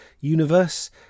universe